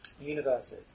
universes